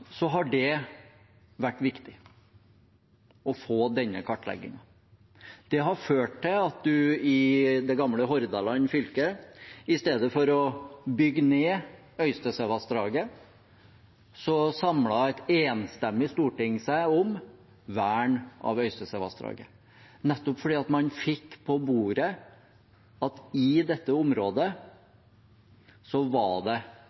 har det å få denne kartleggingen vært viktig. I det gamle Hordaland fylke har det ført til – i stedet for å bygge ned Øystesevassdraget – at et enstemmig storting samlet seg om vern av Øystesevassdraget, nettopp fordi man fikk på bordet informasjon om at i dette området var det flere naturverdier. Jeg får trekke tilbake akkurat det med at det